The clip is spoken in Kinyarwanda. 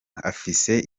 afise